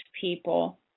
people